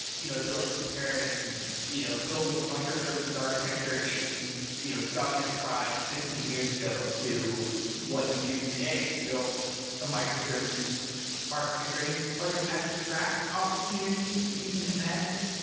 you know be like comparing you know building a microservices architecture in you know java enterprise fifteen years ago, to what you do today to build a microservices architecture. are there abstract opportunities that you can imagine?